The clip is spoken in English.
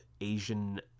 Asian